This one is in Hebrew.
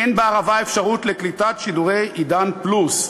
אין בערבה אפשרות לקליטת שידורי "עידן פלוס".